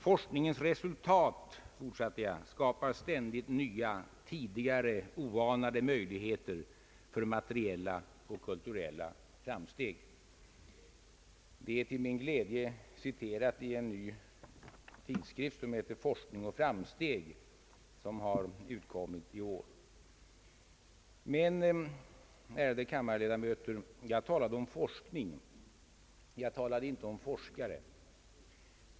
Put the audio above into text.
»Forskningens resultat», fortsatte jag, »skapar ständigt nya, tidigare oanade möjligheter för materiella och kulturella framsteg.» Detta uttalande är till min glädje återgivet i en ny tidskrift, som heter Forskning och Framsteg och som har börjat utkomma i år. Men, ärade kammarledamöter, jag talade om forskning, inte om forskare.